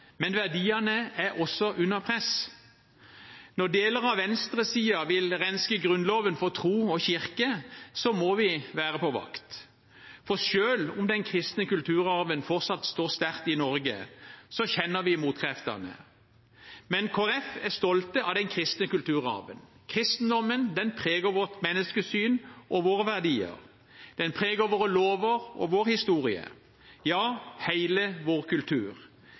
Men verdiene er også under press. Når deler av venstresiden vil renske Grunnloven for tro og kirke, må vi være på vakt. For selv om den kristne kulturarven fortsatt står sterkt i Norge, kjenner vi motkreftene. Men Kristelig Folkeparti er stolt av den kristne kulturarven. Kristendommen preger vårt menneskesyn og våre verdier. Den preger våre lover og vår historie, ja, hele vår kultur.